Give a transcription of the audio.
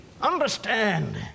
Understand